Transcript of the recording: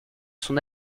son